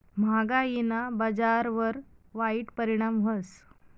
म्हागायीना बजारवर वाईट परिणाम व्हस